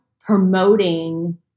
promoting